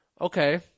Okay